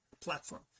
platform